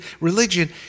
religion